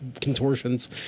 contortions